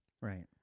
Right